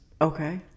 Okay